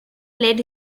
led